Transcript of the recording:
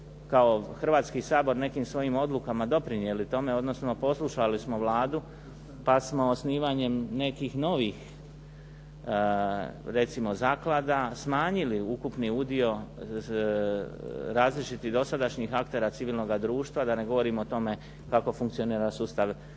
Hrvatski sabor nekim svojim odlukama doprinijeli tome, odnosno poslušali smo Vladu pa smo osnivanjem nekih novih recimo zaklada smanjili ukupni udio različitih dosadašnjih aktera civilnog društva, da ne govorimo o tome kako funkcionira sustav Crvenoga